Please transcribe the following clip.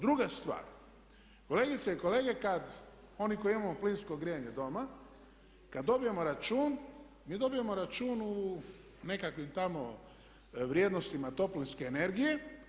Druga stvar kolegice i kolege, kad oni koji imamo plinsko grijanje doma, kad dobijemo račun, mi dobijemo račun u nekakvim tamo vrijednostima toplinske energije.